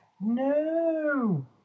No